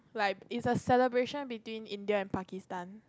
like it's a celebration between India and Pakistan